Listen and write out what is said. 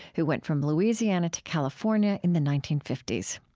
who went from louisiana to california in the nineteen fifty s.